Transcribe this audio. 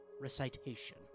recitation